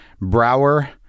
Brower